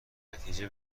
نتیجه